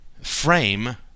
frame